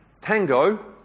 Tango